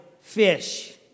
fish